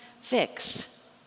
fix